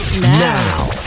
Now